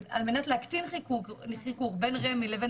על מנת להקטין חיכוך בין רמ"י לבין